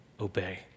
obey